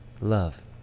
Love